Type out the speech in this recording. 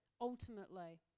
ultimately